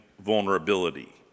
vulnerability